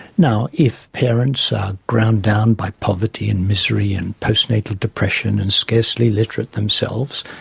now if parents are ground down by poverty and misery and post natal depression and scarcely literate themselves,